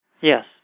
Yes